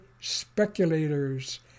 speculators